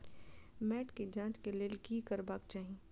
मैट के जांच के लेल कि करबाक चाही?